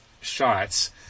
shots